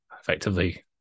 Effectively